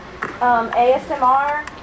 ASMR